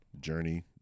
Journey